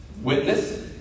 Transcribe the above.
Witness